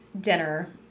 dinner